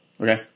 Okay